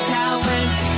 talent